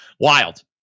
wild